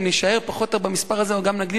אם נישאר פחות או יותר במספר הזה או גם נגדיל